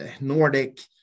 Nordic